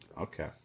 Okay